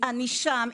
אני שם,